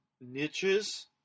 niches